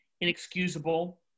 inexcusable